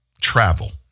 travel